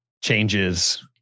changes